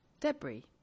Debris